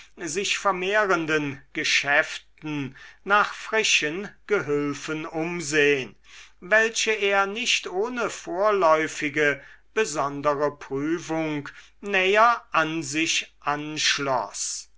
sich vermehrenden geschäften nach frischen gehülfen umsehen welche er nicht ohne vorläufige besondere prüfung näher an sich anschloß